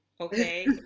okay